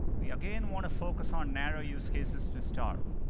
we again want to focus on narrow use cases to start.